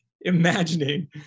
imagining